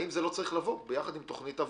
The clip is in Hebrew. האם זה לא צריך לבוא יחד עם תכנית עבודה?